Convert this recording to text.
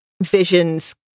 Vision's